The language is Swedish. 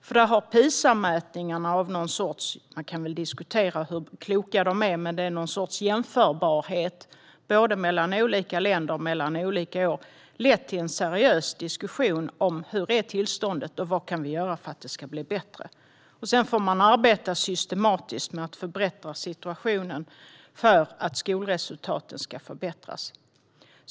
Man kan väl diskutera hur kloka PISA-mätningarna är, men de ger någon sorts jämförbarhet både mellan länder och mellan år. Och mätningarna har lett till en seriös diskussion om hur tillståndet är och vad vi kan göra för att det ska bli bättre. Sedan får man arbeta systematiskt med att förbättra situationen för att skolresultaten ska förbättras.